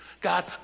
God